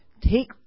take